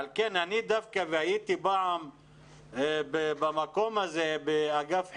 הייתי פעם במקום הזה באגף חינוך.